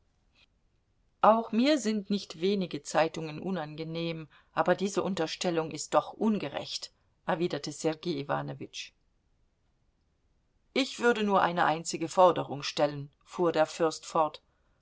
auch mir sind nicht wenige zeitungen unangenehm aber diese unterstellung ist doch ungerecht erwiderte sergei iwanowitsch ich würde nur eine einzige forderung stellen fuhr der fürst fort